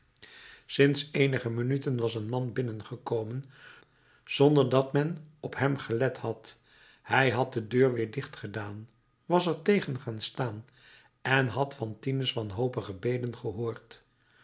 sinds eenige minuten was een man binnengekomen zonder dat men op hem gelet had hij had de deur weer dicht gedaan was er tegen gaan staan en had fantine's wanhopige beden gehoord